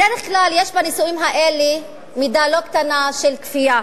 בדרך כלל יש בנישואים האלה מידה לא קטנה של כפייה.